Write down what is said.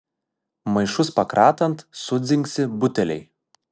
maišus pakratant sudzingsi buteliai